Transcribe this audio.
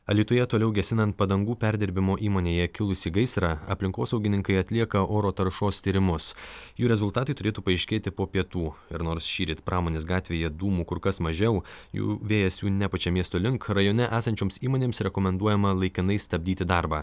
alytuje toliau gesinant padangų perdirbimo įmonėje kilusį gaisrą aplinkosaugininkai atlieka oro taršos tyrimus jų rezultatai turėtų paaiškėti po pietų ir nors šįryt pramonės gatvėje dūmų kur kas mažiau jų vėjas jų nepučia miesto link rajone esančioms įmonėms rekomenduojama laikinai stabdyti darbą